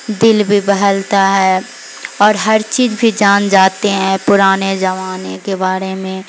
دل بھی بہلتا ہے اور ہر چیز بھی جان جاتے ہیں پرانے زمانے کے بارے میں